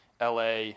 LA